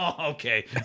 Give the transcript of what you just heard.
Okay